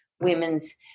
women's